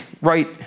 right